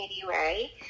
January